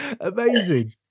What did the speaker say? Amazing